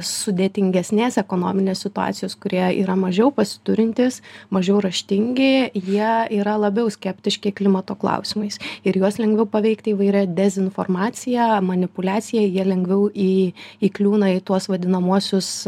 sudėtingesnės ekonominės situacijos kurie yra mažiau pasiturintys mažiau raštingi jie yra labiau skeptiški klimato klausimais ir juos lengviau paveikti įvairią dezinformacija manipuliacija jie lengviau į įkliūna į tuos vadinamuosius